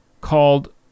called